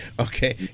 Okay